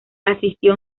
asistió